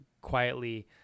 quietly